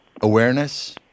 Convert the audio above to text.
awareness